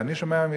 וזה מה שחמור פה,